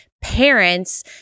parents